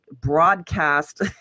broadcast